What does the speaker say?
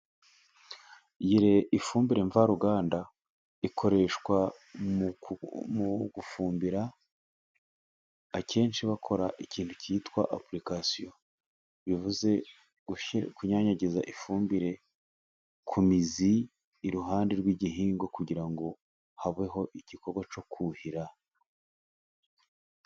Iyi ni ifumbire mvaruganda, ikoreshwa mu mu gufumbira, akenshi bakora ikintu kitwa apurikasiyo, bivuze kunyanyagiza ifumbire ku mizi iruhande rw'igihingwa, kugira ngo habeho igikorwa cyo kuhira.